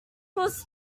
was